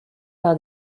par